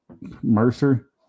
Mercer